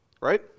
right